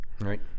right